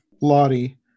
Lottie